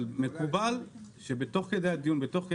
אבל מקובל שבתוך כדי הדיון, ותוך כדי ההקראה.